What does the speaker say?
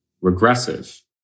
regressive